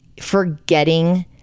forgetting